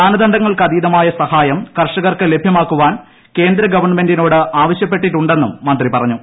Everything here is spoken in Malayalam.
മാനദണ്ഡങ്ങൾക്കതീതമായ സഹായം കർഷകർക്ക് ലഭ്യമാക്കുവാൻ കേന്ദ്രഗവൺമെന്റിനോട് ആവശ്യപ്പെട്ടിട്ടൂള്ണ്ട്ടുന്നും മന്ത്രി പറഞ്ഞു